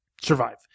survive